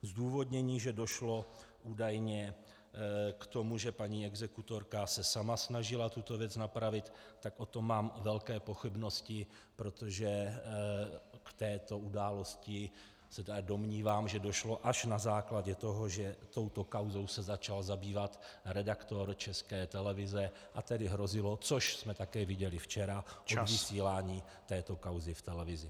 Zdůvodnění, že došlo údajně k tomu, že paní exekutorka se sama snažila tuto věc napravit, tak o tom mám velké pochybnosti, protože k této události, domnívám se, došlo až na základě toho, že se touto kauzou začal zabývat redaktor České televize, a tedy hrozilo, což jsme také viděli včera , odvysílání této kauzy v televizi.